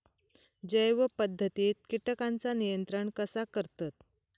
जैव पध्दतीत किटकांचा नियंत्रण कसा करतत?